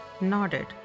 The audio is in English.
nodded